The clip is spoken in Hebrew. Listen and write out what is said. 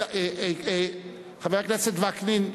חבר הכנסת וקנין,